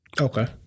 Okay